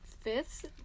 fifth